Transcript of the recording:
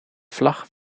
vlag